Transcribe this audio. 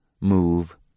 move